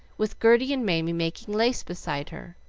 with gerty and mamie making lace beside her.